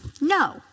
No